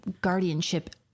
guardianship